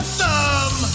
thumb